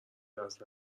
دست